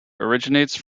originates